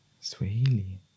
Swahili